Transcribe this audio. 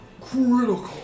Critical